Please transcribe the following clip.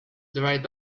dried